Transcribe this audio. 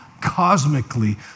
cosmically